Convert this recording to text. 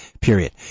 period